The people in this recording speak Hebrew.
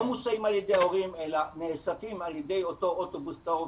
לא מוסעים על ידי ההורים אלא נאספים על ידי אותו אוטובוס צהוב